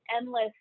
endless